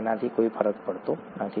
તેનાથી કોઈ ફરક પડતો નથી